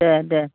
दे दे